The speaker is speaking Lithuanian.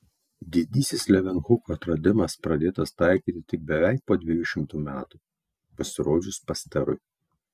didysis levenhuko atradimas pradėtas taikyti tik beveik po dviejų šimtų metų pasirodžius pasterui